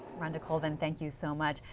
rhonda colvin thank you so much.